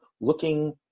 looking